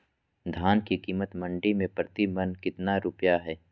धान के कीमत मंडी में प्रति मन कितना रुपया हाय?